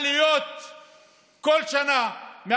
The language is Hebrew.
הגירעון הולך ומצטבר,